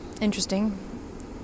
interesting